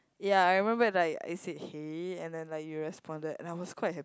ya I remember like I said hey and then like you responded and I was quite hap~